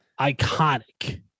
iconic